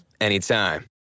anytime